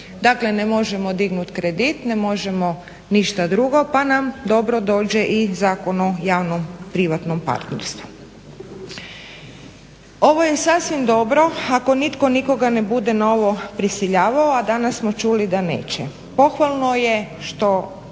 Dakle, ne možemo dignut kredit, ne možemo ništa drugo pa nam dobro dođe i Zakon o javnom privatnom partnerstvu. Ovo je sasvim d9obro ako nitko nikoga nikoga ne bude na ovo prisiljavao, a danas smo čuli da neće.